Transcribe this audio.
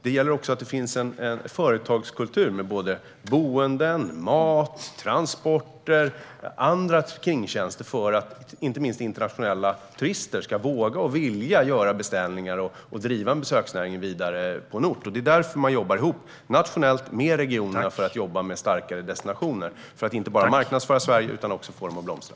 Det gäller också att det finns en företagskultur med boenden, mat, transporter och andra kringtjänster för att inte minst internationella turister ska våga och vilja göra beställningar och för att man ska kunna driva en besöksnäring vidare på en ort. Det är därför man jobbar ihop nationellt med regionerna. Man jobbar med starkare destinationer i Sverige inte bara för att marknadsföra dem utan också för att få dem att blomstra.